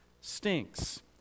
stinks